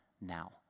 now